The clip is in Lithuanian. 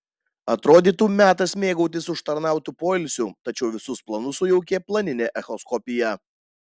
atrodytų metas mėgautis užtarnautu poilsiu tačiau visus planus sujaukė planinė echoskopija